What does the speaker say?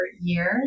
years